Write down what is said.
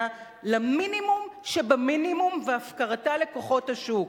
למינימום שבמינימום והפקרתה לכוחות השוק.